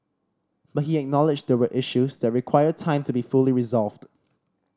but he acknowledged there were issues that require time to be fully resolved